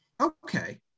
Okay